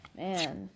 man